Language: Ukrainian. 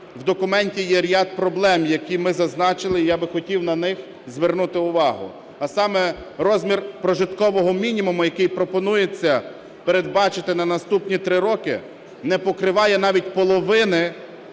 в документі є ряд проблем, які ми зазначили, і я би хотів на них звернути увагу, а саме: розмір прожиткового мінімуму, який пропонується передбачити на наступні 3 роки, не покриває навіть половини